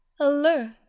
alert